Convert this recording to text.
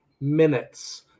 minutes